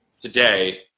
today